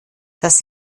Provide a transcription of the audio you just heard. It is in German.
das